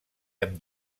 amb